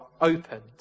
opened